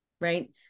right